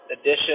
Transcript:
edition